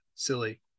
Silly